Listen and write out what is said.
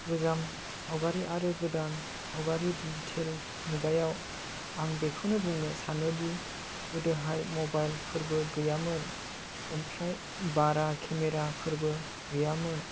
गोजाम सावगारि आरो गोदान सावगारि डिजिटेल मुगायाव आं बेखौनो बुंनो सानोदि गोदोहाय मबाइलफोरबो गैयामोन ओमफ्राय बारा केमेराफोरबो गैयामोन